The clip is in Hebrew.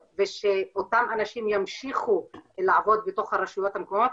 ושאותם אנשים ימשיכו לעבוד בתוך הרשויות המקומיות.